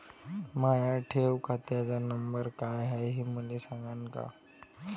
माया ठेव खात्याचा नंबर काय हाय हे मले सांगान का?